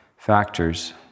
Factors